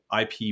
IP